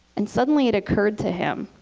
and suddenly it occurred to him,